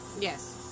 Yes